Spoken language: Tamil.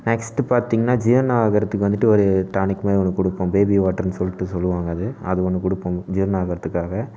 நெஸ்ட்டு பார்த்திங்னா ஜீர்ணம் ஆகறத்துக்கு வந்துட்டு ஒரு டானிக் மாதிரி ஒன்று கொடுப்போம் பேபி வாட்டர்னு சொல்லிட்டு சொல்லுவாங்க அது அது ஒன்று கொடுப்போம் ஜீர்ணம் ஆகறத்துக்காக